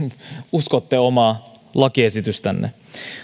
uskotte omaa lakiesitystänne